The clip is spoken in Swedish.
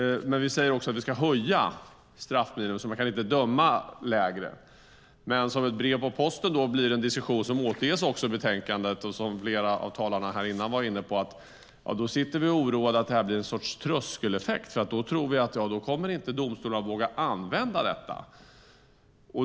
Vi säger också att vi ska höja straffminimum så att man inte kan döma till en kortare tid. Men som ett brev på posten uppstår en diskussion som också återges i betänkandet och som flera talare har varit inne på. Den handlar om att vi oroar oss för att det ska bli ett slags tröskeleffekt eftersom vi tror att domstolarna inte kommer att våga använda detta.